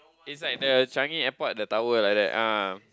it's like the Changi-Airport the tower like that ah